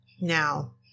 Now